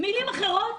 במילים אחרות,